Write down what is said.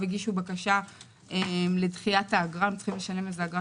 עכשיו הם הגישו בקשה לדחיית האגרה הם צריכים לשלם אגרה